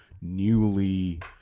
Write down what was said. newly